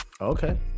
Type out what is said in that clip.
Okay